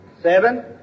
Seven